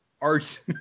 Art